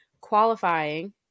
qualifying